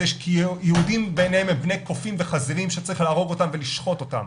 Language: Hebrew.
כי יהודים בעיניהם הם בני קופים וחזירים שצריך להרוג אותם ולשחוט אותם.